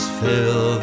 fill